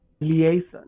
liaison